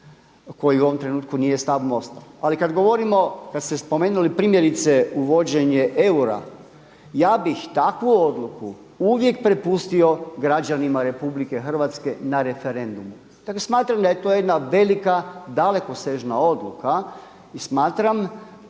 koji u ovom trenutku nije stav MOST-a, ali kada govorimo, kada ste spomenuli primjerice uvođenje eura, ja bih takvu odluku uvijek prepustio građanima RH na referendumu. Dakle smatram da je to jedna velika, dalekosežna odluka i smatram